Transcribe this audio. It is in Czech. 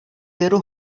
věru